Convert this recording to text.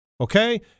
Okay